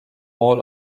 all